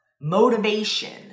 motivation